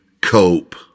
cope